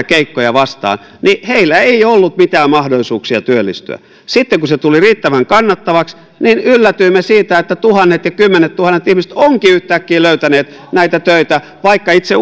keikkoja vastaan ei ollut mitään mahdollisuuksia työllistyä sitten kun se tuli riittävän kannattavaksi niin yllätyimme siitä että tuhannet ja kymmenettuhannet ihmiset ovatkin yhtäkkiä löytäneet näitä töitä vaikka itse